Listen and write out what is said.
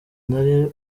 nari